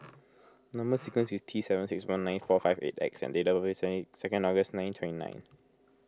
Number Sequence is T seven six one nine four five eight X and date of birth is any second August nineteen twenty nine